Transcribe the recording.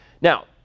Now